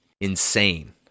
insane